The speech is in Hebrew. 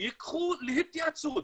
ייקחו להתייעצות